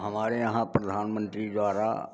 हमारे यहाँ प्रधानमंत्री द्वारा